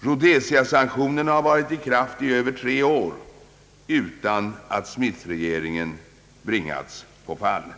Rhodesiasanktionen har varit i kraft i över tre år utan att Smith-regeringen bringats på fall.